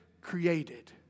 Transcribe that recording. created